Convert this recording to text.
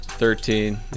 Thirteen